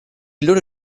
loro